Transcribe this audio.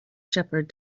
shepherd